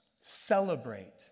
celebrate